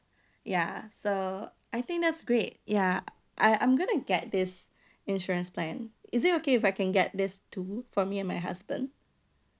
ya so I think that's great ya I I'm going to get this insurance plan is it okay if I can get this too for me and my husband